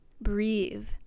breathe